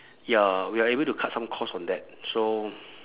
ya we are able to cut some cost on that so